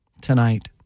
tonight